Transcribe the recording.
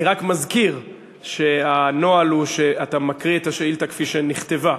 אני רק מזכיר שהנוהל הוא שאתה מקריא את השאילתה כפי שנכתבה,